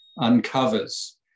uncovers